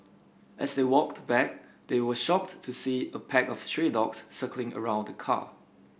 as they walked back they were shocked to see a pack of stray dogs circling around the car